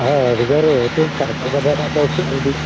ఆ రవిగారు ఏంటండి కనపడమన్నారంట ఒకసారి